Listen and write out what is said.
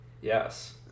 yes